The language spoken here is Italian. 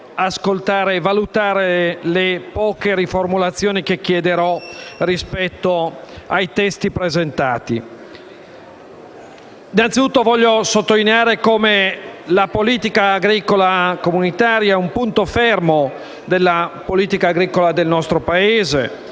ascoltare e valutare le poche riformulazioni che chiederò rispetto ai testi presentati. Desidero innanzitutto sottolineare come la politica agricola comunitaria sia un punto fermo della politica agricola del nostro Paese